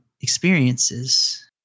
experiences